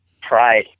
pride